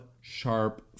sharp